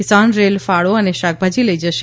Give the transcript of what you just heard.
કિસાન rail ફળો અને શાકભાજી લઈ જશે